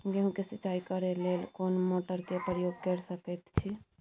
गेहूं के सिंचाई करे लेल कोन मोटर के प्रयोग कैर सकेत छी?